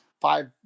five